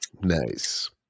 Nice